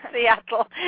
Seattle